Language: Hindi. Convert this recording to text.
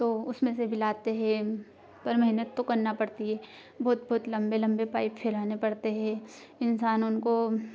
तो उसमें से भी लाते है पर मेहनत तो करना पड़ती है बहुत बहुत लम्बे लम्बे पाइप फेराने पड़ते है इंसान उनको